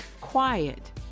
quiet